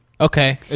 Okay